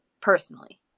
personally